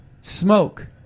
smoke